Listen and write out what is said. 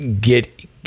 get